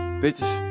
bitches